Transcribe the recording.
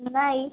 नाही